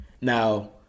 Now